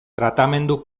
tratamendu